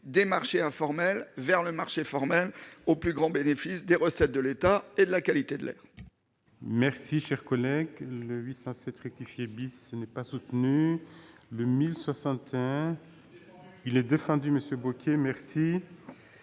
des marchés informels vers le marché formel, pour le plus grand bénéfice des recettes de l'État et de la qualité de l'air.